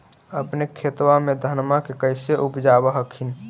अपने खेतबा मे धन्मा के कैसे उपजाब हखिन?